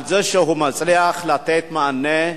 על זה שהוא מצליח לתת מענה,